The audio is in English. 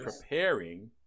preparing